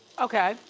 okay.